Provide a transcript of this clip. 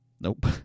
Nope